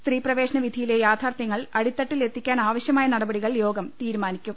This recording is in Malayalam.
സ്ത്രീ പ്രവേശന വിധിയിലെ യാഥാർത്ഥ്യങ്ങൾ അടിത്തട്ടിൽ എത്തിക്കാനാവശ്യമായ നടപടികൾ യോഗം തീരുമാനിക്കും